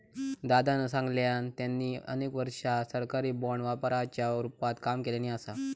दादानं सांगल्यान, त्यांनी अनेक वर्षा सरकारी बाँड व्यापाराच्या रूपात काम केल्यानी असा